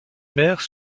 mère